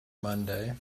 monday